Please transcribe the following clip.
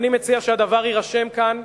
אני מציע שהדבר יירשם כאן,